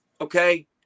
okay